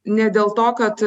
ne dėl to kad